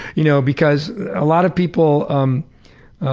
you know because a lot of people um